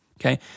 Okay